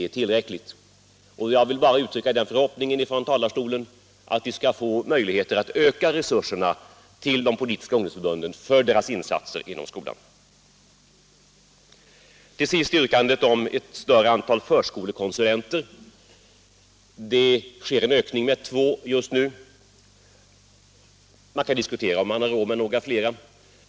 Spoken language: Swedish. Jag vill från den här talarstolen uttrycka den förhoppningen att vi får möjligheter att ge ökade resurser till de politiska ungdomsförbunden för deras insatser inom skolan. Till sist yrkandet om ett större antal förskolekonsulenter. Det blir nu en ökning med två. Vi kan diskutera om vi har råd med fler.